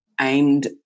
aimed